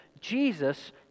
Jesus